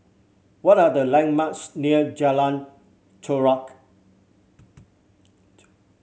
what are the landmarks near Jalan Chorak